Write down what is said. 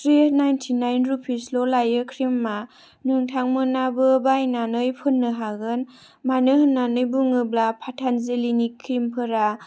three ninety nine rupees ल' लायो ख्रिमा नोंथांमोनाबो बायनानै फोननो हागोन मानो होननानै बुङोब्ला फाथानजलिनि ख्रिमफोरा